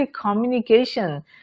communication